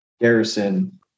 garrison